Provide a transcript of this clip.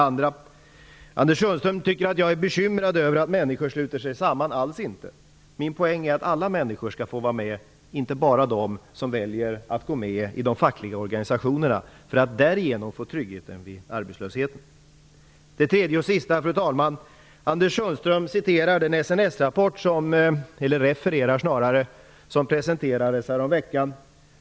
Anders Sundström tror att jag är bekymrad över att människor sluter sig samman. Alls inte. Min poäng är att alla människor skall få vara med, inte bara de som väljer att gå med i de fackliga organisationerna för att därigenom få trygghet vid arbetslöshet. Anders Sundström refererar den SNS-rapport som presenterades häromveckan.